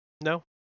No